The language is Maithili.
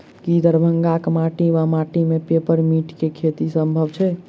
की दरभंगाक माटि वा माटि मे पेपर मिंट केँ खेती सम्भव छैक?